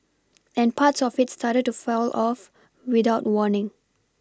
and parts of it started to fell off without warning